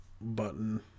button